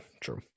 true